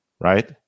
right